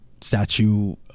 statue